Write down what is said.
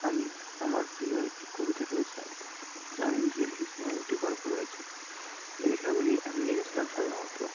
আমি আমার প্রিয় একটি কবিতা রয়েছে যা আমি নিজেই লিখেছিলাম এবং একটি গল্প রয়েছে এ লেখাগুলি আমি লিখেছিলাম সাধারণত